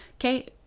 okay